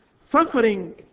suffering